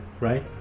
right